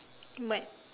but